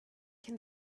can